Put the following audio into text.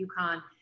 UConn